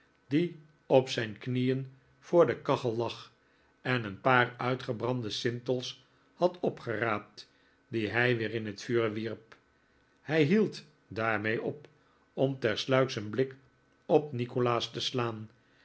die op zijn knieen voor de kachel lag en een paar uitgebrande sintels had opgeraapt die hij weer in het vuur wierp hij hield daarmee op om tersluiks een blik op nikolaas te slaan